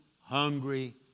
hungry